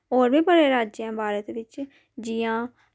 होर बी बड़े राज्य न भारत बिच जि'यां